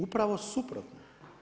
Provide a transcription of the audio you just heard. Upravo suprotno.